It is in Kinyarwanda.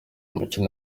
mukino